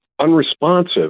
unresponsive